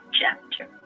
chapter